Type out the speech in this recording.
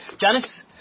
Janice